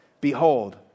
Behold